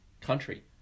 country